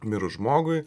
mirus žmogui